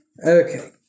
Okay